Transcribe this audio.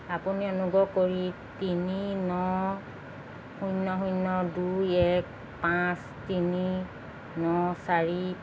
আপুনি অনুগ্ৰহ কৰি তিনি ন শূন্য শূন্য দুই এক পাঁচ তিনি ন চাৰি